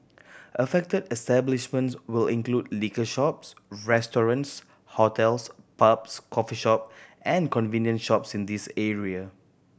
affected establishments will include liquor shops restaurants hotels pubs coffee shop and convenience shops in these area